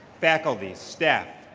faculties, staff,